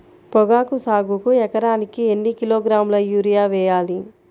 పొగాకు సాగుకు ఎకరానికి ఎన్ని కిలోగ్రాముల యూరియా వేయాలి?